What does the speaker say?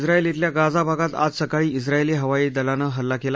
साएल अल्या गाझा भागात आज सकाळी स्राएली हवाई दलानं हल्ला केला